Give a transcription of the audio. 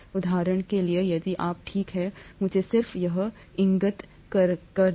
उदाहरण के लिए यदि आप ठीक हैं मुझे सिर्फ यह इंगित करने दें